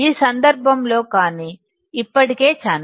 ఈ సందర్భంలో కానీ ఇప్పటికే ఛానల్ ఉంది